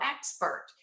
expert